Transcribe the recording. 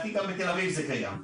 מהנהן - זה קיים.